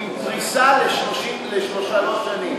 עם פריסה ל-33 שנים.